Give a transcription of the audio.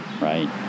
right